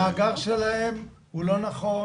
כבוד היו"ר, המאגר שלהם לא נכון,